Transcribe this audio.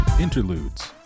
Interludes